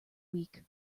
weak